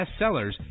bestsellers